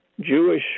Jewish